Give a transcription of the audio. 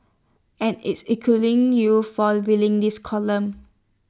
and is including you for reading this column